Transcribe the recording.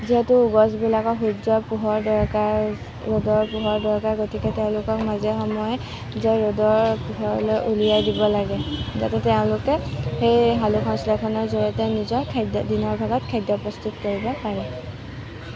যিহেতু গছবিলাকক সূৰ্যৰ পোহৰৰ দৰকাৰ ৰ'দৰ পোহৰ দৰকাৰ গতিকে তেওঁলোকক মাজে সময়ে যে ৰ'দৰ পোহৰলৈ উলিয়াই দিব লাগে যাতে তেওঁলোকে সেই সালোকসংশ্লেষণৰ জড়িয়তে নিজৰ খাদ্য় দিনৰ ভাগত খাদ্য প্ৰস্তুত কৰিব পাৰে